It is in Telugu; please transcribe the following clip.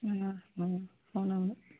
అవునవును